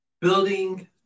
Building